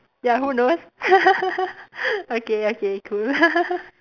ya who knows okay okay cool